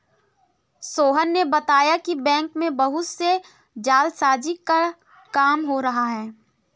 सोहन ने बताया कि बैंक में बहुत से जालसाजी का काम हो रहा है